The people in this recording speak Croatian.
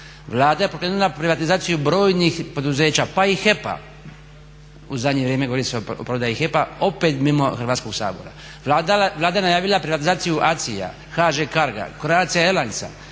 Vlada je pokrenula privatizaciju brojnih poduzeća pa i HEP-a u zadnje vrijeme govori se o prodaji HEP-a opet mimo Hrvatskog sabora, Vlada je najavila privatizaciju ACI-a HŽ Cargo-a, Croatia